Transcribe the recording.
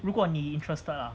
如果你 interested lah